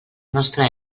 nostra